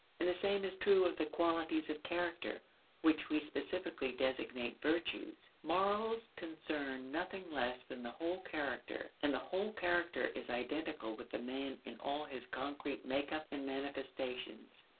and the same is true of the qualities of character which we specifically designate virtues. morals concern nothing less than the whole character, and the whole character is identical with the man in all his concrete make-up and manifestations.